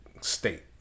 state